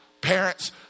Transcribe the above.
Parents